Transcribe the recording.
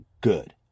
good